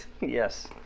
Yes